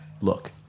Look